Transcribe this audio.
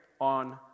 on